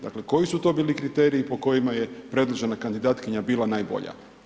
Dakle, koji su to bili kriteriji po kojima je predložena kandidatkinja bila najbolja?